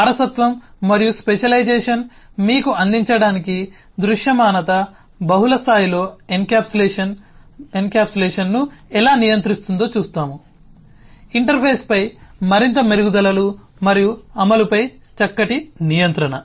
వారసత్వం మరియు స్పెషలైజేషన్ మీకు అందించడానికి దృశ్యమానత బహుళ స్థాయిలో ఎన్క్యాప్సులేషన్ను ఎలా నియంత్రిస్తుందో చూస్తాము ఇంటర్ఫేస్ పై మరింత మెరుగుదలలు మరియు అమలుపై చక్కటి నియంత్రణ